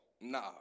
Nah